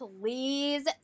Please